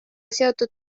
seotud